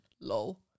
Lol